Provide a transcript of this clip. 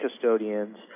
custodians